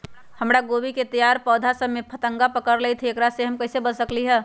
हमर गोभी के तैयार पौधा सब में फतंगा पकड़ लेई थई एकरा से हम कईसे बच सकली है?